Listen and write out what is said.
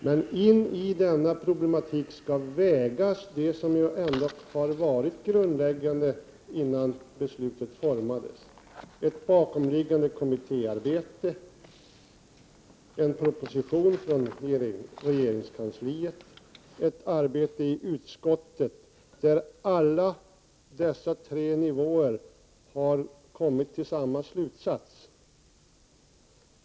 Men in i denna problematik skall vägas det som ändå har varit grundläggande innan beslutet fattades: ett bakomliggande kommittéarbete, en proposition från regeringskansliet och ett arbete i utskottet. Alla dessa tre nivåer har kommit till samma slutsats.